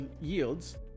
yields